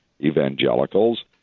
evangelicals